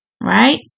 Right